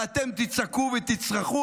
ואתם תצעקו ותצרחו,